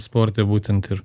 sporte būtent ir